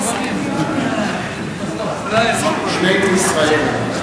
ממשיכים בסדר-היום, הצעה לסדר-היום שמספרה 4226,